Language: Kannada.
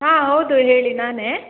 ಹಾಂ ಹೌದು ಹೇಳಿ ನಾನೇ